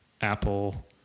Apple